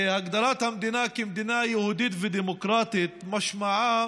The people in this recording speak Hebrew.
שהגדרת המדינה כמדינה יהודית ודמוקרטית משמעה